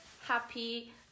happy